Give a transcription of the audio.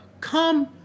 Come